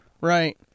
Right